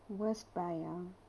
worst buy ah